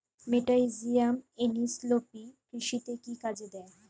মেটাহিজিয়াম এনিসোপ্লি কৃষিতে কি কাজে দেয়?